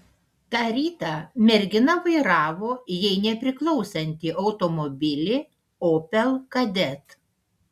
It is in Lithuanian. tą rytą mergina vairavo jai nepriklausantį automobilį opel kadett